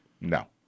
No